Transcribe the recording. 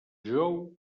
jou